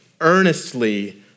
earnestly